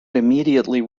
immediately